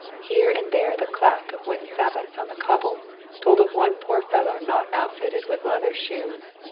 here and there the clack of wooden sabots on the cobbles told of one poor fellow not outfitted with leather shoes.